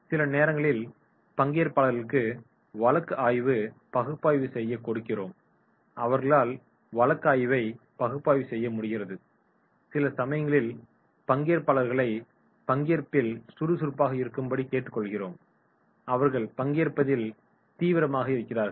சில நேரங்களில் பங்கேற்பாளர்களுக்கு வழக்காய்வை பகுப்பாய்வு செய்ய கொடுக்கிறோம் அவர்களால் வழக்காய்வை பகுப்பாய்வைச் செய்ய முடிகிறது சில சமயங்களில் பங்கேற்பாளர்களை பங்கேற்பில் சுறுசுறுப்பாக இருக்கும்படி கேட்டுக்கொள்கிறோம் அவர்கள் பங்கேற்பதில் தீவிரமாக இருக்கிறார்கள்